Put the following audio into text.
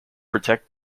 protect